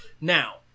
Now